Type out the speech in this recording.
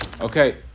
Okay